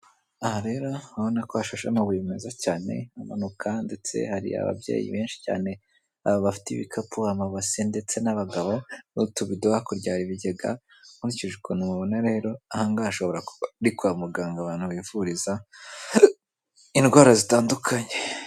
Aha rero ubona ko hashashe meza cyane amanuka, ndetse hari ababyeyi benshi cyane bafite ibikapu, amabase ndetse n'abagabo n'utubido, hakurya hari ibigega nkurikije ukuntu mbibona rero aha ngaha hasshobora kuba ari kwa muganga abantu bivuriza indwara zitandukanye.